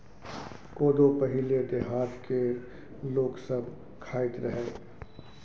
कोदो पहिले देहात केर लोक सब खाइत रहय